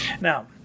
Now